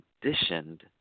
conditioned